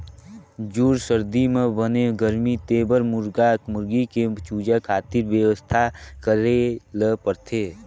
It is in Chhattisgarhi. जूड़ सरदी म बने गरमी देबर मुरगा मुरगी के चूजा खातिर बेवस्था करे ल परथे